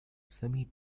semi